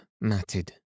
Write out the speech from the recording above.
matted